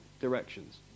directions